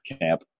camp